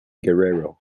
guerrero